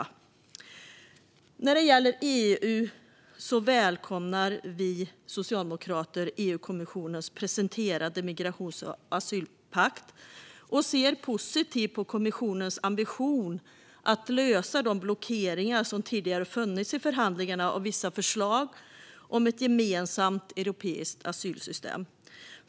När det gäller EU välkomnar vi socialdemokrater EU-kommissionens presenterade migrations och asylpakt, och vi ser positivt på kommissionens ambition att lösa de blockeringar som tidigare funnits i förhandlingarna om vissa förslag om ett gemensamt europeiskt asylsystem.